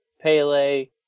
Pele